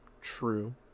True